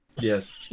Yes